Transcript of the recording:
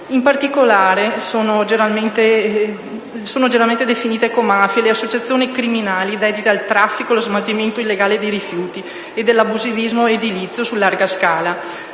In particolare, sono generalmente definite ecomafie le associazioni criminali dedite al traffico e allo smaltimento illegale di rifiuti e all'abusivismo edilizio su larga scala.